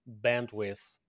bandwidth